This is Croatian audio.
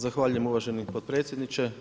Zahvaljujem uvaženi potpredsjedniče.